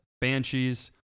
Banshees